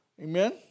Amen